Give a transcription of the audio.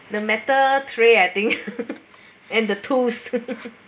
the matter tray I think and the tools